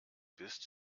bist